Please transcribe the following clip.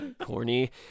Corny